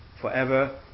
forever